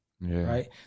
right